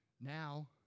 Now